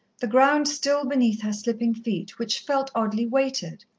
the ground still beneath her slipping feet, which felt oddly weighted.